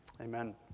Amen